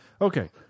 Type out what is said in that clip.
Okay